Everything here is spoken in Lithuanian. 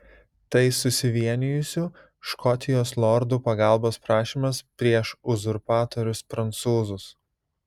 tai susivienijusių škotijos lordų pagalbos prašymas prieš uzurpatorius prancūzus